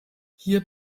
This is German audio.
hier